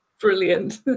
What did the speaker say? Brilliant